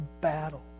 battle